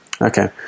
Okay